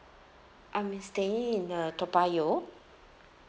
I'm staying in uh toa payoh